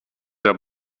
der